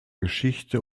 geschichte